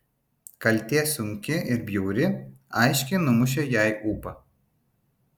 kaltė sunki ir bjauri aiškiai numušė jai ūpą